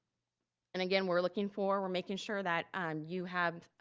and again, we're looking for, we're making sure that um you have,